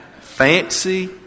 Fancy